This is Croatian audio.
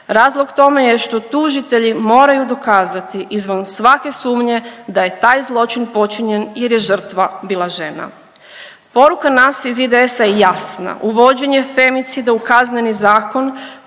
Razlog tome je što tužitelji moraju dokazati izvan svake sumnje da je taj zločin počinjen jer je žrtva bila žena. Poruka nas iz IDS-a je jasna, uvođenje femicida u Kazneni zakon